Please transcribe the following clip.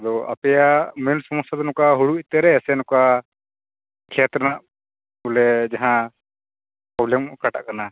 ᱫᱚ ᱟᱯᱮᱭᱟᱜ ᱢᱮᱱ ᱥᱚᱢᱚᱥᱥᱟ ᱫᱚ ᱱᱚᱝᱠᱟ ᱦᱩᱲᱩ ᱤᱛᱟᱹᱨᱮ ᱱᱚᱝᱠᱟ ᱠᱷᱮᱛ ᱨᱮᱱᱟᱜ ᱵᱚᱞᱮ ᱡᱟᱦᱟᱸ ᱯᱨᱚᱵᱽᱞᱮᱢ ᱚᱠᱟᱴᱟᱜ ᱠᱟᱱᱟ